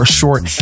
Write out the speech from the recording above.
short